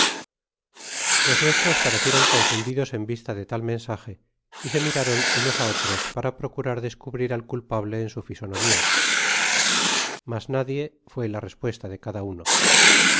los nuestros parecieron confundidos en vista de tal mensaje y se miraron unos á otros paca procurar descubrir al culpable en su lisonomia mas nadie fué la repuesta de cada uno